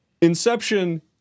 Inception